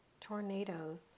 tornadoes